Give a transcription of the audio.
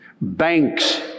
Banks